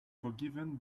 forgiven